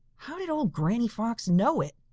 how did old granny fox know it?